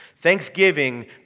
Thanksgiving